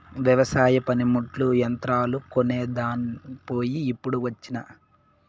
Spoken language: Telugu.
వెవసాయ పనిముట్లు, యంత్రాలు కొనేదాన్ పోయి ఇప్పుడొచ్చినా